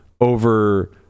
over